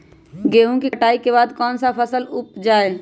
गेंहू के कटाई के बाद कौन सा फसल उप जाए?